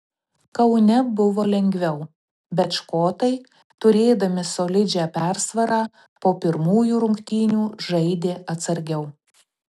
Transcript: kaune buvo lengviau bet škotai turėdami solidžią persvarą po pirmųjų rungtynių žaidė atsargiau